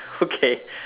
okay